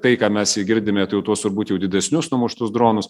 tai ką mes girdime tai jau tuos turbūt jau didesnius numuštus dronus